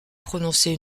prononcer